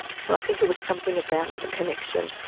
so i think it was something about a connection.